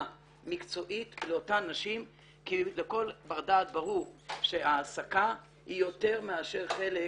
מקצועית לאותן נשים כי לכל בר דעת ברור שהעסקה היא יותר מאשר חלק